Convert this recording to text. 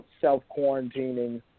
self-quarantining